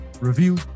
review